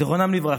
זיכרונם לברכה,